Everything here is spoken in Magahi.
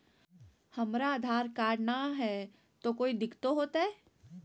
हमरा आधार कार्ड न हय, तो कोइ दिकतो हो तय?